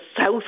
south